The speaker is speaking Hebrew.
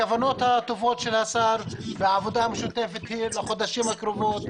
הכוונות הטובות של השר והעבודה המשותפת היא לחודשים הקרובים,